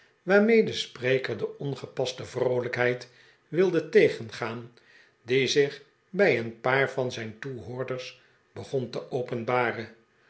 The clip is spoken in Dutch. waarmee de spreker de ongepaste vroolijkheid wilde tegengaan die zich bij een paar van zijn toehoorders begon te openbaren